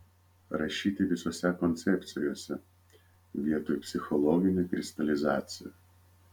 rašyti visose koncepcijose vietoj psichologinė kristalizacija